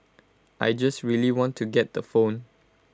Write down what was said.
I just really want to get the phone